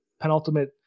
penultimate